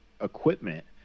equipment